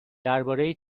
درباره